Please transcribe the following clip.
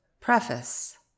Preface